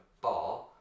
bar